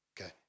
Okay